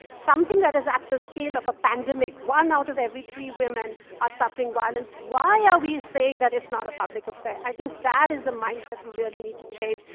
something that is at the scale of a pandemic one out of every three women are suffering violence why are we saying that it's not a public affair? i think that is the mindset we really need to change.